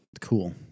cool